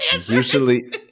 usually